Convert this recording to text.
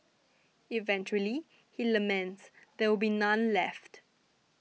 eventually he laments there will be none left